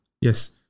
Yes